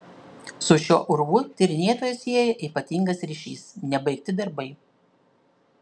su šiuo urvu tyrinėtoją sieja ypatingas ryšys nebaigti darbai